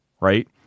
right